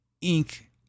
ink